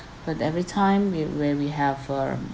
but every time we when we have um